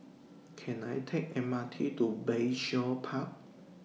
Can I Take M R T to Bayshore Park